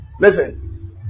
Listen